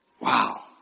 Wow